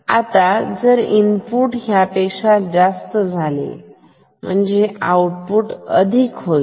आता जर इनपुट ह्यापेक्षा जास्त झाले आउटपुट अधिक होईल